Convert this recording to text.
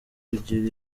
kugira